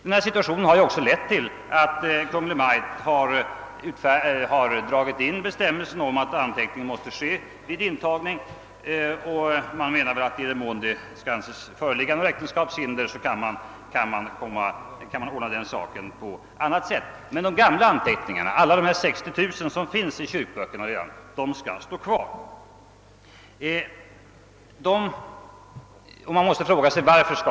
Denna situation har också lett till att Kungl. Maj:t har dragit in bestämmelserna om att anteckning måste göras vid intagningen — man menar väl att i den mån det anses föreligga äktenskapshinder kan uppgift härom lämnas på annat sätt. De gamla anteckningarna, alla de 60 000 anteckningar som finns i kyrkoböckerna, skall emellertid stå kvar. Man måste fråga sig varför.